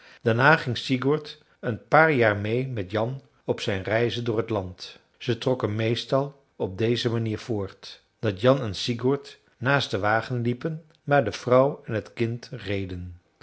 daarna ging sigurd een paar jaar meê met jan op zijn reizen door het land ze trokken meestal op deze manier voort dat jan en sigurd naast den wagen liepen maar de vrouw en het kind reden